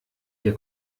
der